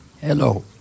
Hello